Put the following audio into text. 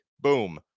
boom